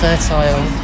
Fertile